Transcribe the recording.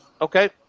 Okay